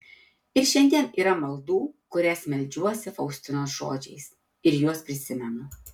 ir šiandien yra maldų kurias meldžiuosi faustinos žodžiais ir juos prisimenu